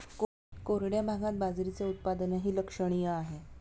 कोरड्या भागात बाजरीचे उत्पादनही लक्षणीय आहे